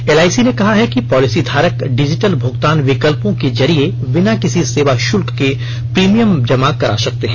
L I C ने कहा है कि पॉलिसी धारक डिजिटल भूगतान विकल्पों के जरिए बिना किसी सेवा शुल्क के प्रीमियम जमा करा सकते हैं